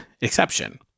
exception